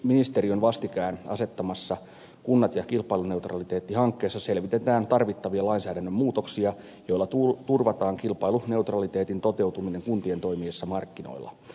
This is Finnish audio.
valtiovarainministeriön vastikään asettamassa kunnat ja kilpailuneutraliteetti hankkeessa selvitetään tarvittavia lainsäädännön muutoksia joilla turvataan kilpailuneutraliteetin toteutuminen kuntien toimiessa markkinoilla